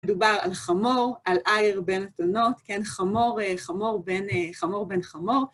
מדובר על חמור, על עייר בין אתונות, כן, חמור בין חמור.